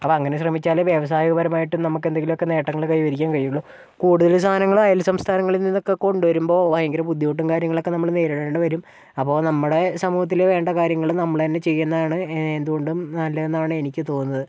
അത് അങ്ങനെ ശ്രമിച്ചാലും വ്യവസായ പരമായിട്ടും നമുക്ക് എന്തെങ്കിലും ഒക്കെ നേട്ടങ്ങൾ കൈവരിക്കാൻ കഴിയുകയുള്ളു കൂടുതലും സാധനങ്ങൾ അയൽ സംസ്ഥാനങ്ങളിൽ നിന്നൊക്കെ കൊണ്ട് വരുമ്പോൾ ഭയങ്കര ബുദ്ധിമുട്ടും കാര്യങ്ങളും ഒക്കെ നമ്മൾ നേരിടേണ്ടി വരും അപ്പം നമ്മുടെ സമൂഹത്തിൽ വേണ്ട കാര്യങ്ങൾ നമ്മൾ തന്നെ ചെയ്യുന്നതാണ് എന്തുകൊണ്ടും നല്ലതെന്നാണ് എനിക്ക് തോന്നുന്നത്